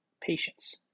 Patience